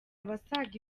abasaga